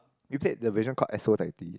we played the version called as